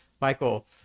Michael